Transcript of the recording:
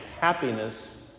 happiness